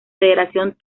federación